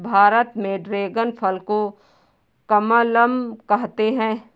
भारत में ड्रेगन फल को कमलम कहते है